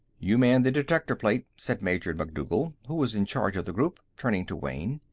you man the detector plate, said major macdougal, who was in charge of the group, turning to wayne.